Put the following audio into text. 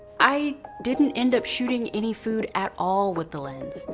i didn't end up shooting any food at all with the lens.